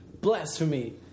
Blasphemy